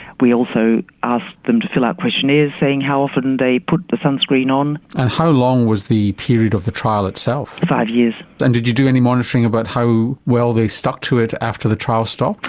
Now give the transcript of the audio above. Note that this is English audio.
we also asked them to fill out questionnaires saying how often they put the sunscreen on. and how long was the period of the trial itself? five years. and did you do any monitoring about how well they stuck to it after the trial stopped?